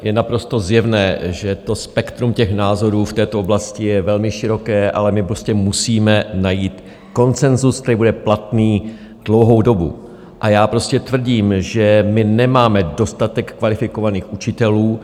Je naprosto zjevné, že spektrum názorů v této oblasti je velmi široké, ale my prostě musíme najít konsenzus, který bude platný dlouhou dobu, a já tvrdím, že nemáme dostatek kvalifikovaných učitelů.